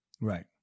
Right